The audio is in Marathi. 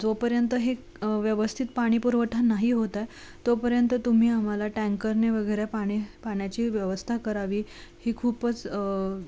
जोपर्यंत हे व्यवस्थित पाणीपुरवठा नाही होत आहे तोपर्यंत तुम्ही आम्हाला टँकरने वगैरे पाणी पाण्याची व्यवस्था करावी ही खूपच